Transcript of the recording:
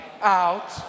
out